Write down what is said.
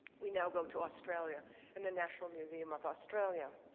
we now go to australia and the national museum of australia.